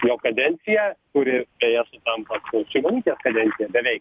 jo kadenciją kuri beje sutampa su šimonytės kadencija beveik